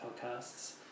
podcasts